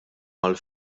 mal